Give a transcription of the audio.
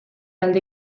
alde